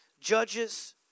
Judges